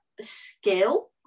skill